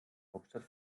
hauptstadt